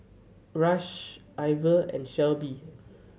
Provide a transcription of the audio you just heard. Rush Ivor and Shelbi